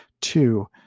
Two